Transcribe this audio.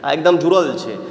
आओर एकदम जुड़ल छै